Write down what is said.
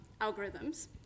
algorithms